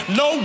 no